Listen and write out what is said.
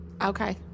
Okay